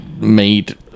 made